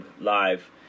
live